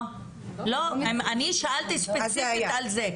לא, לא, אני שאלתי ספציפית על זה.